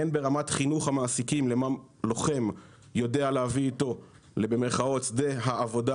הן ברמת חינוך המעסיקים למה לוחם יודע להביא איתו ל'שדה העבודה'